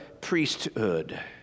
priesthood